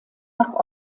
nach